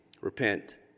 Repent